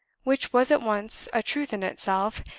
which was at once a truth in itself,